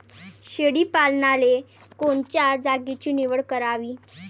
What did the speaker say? शेळी पालनाले कोनच्या जागेची निवड करावी?